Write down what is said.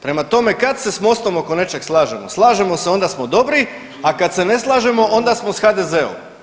Prema tome kad se MOST-om oko nečeg slažemo, slažemo se onda smo dobri, a kad se ne slažemo onda smo s HDZ-om.